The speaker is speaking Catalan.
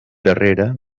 darrere